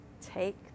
Take